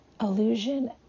illusion